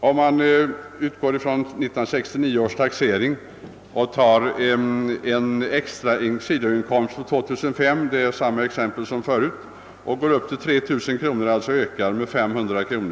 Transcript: Om man i det exempel som jag tidigare nämnt, d.v.s. en ökning av sidoinkomsten från 2500 till 3 000 kronor, tillämpar de i detta utlåtande föreslagna reglerna vid 1969